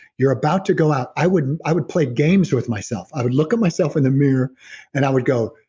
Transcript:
you're about to go out, i would i would play games with myself, i would look at myself in the mirror and i would go,